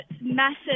massive